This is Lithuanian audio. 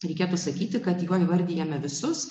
reikėtų sakyti kad juo įvardijame visus